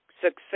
Success